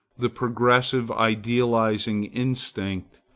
the progressive, idealizing instinct,